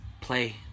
play